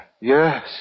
Yes